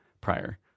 prior